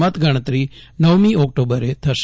મતગણતરી નવમી ઓક્ટોબરે કરાશે